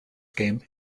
game